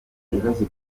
ibibazo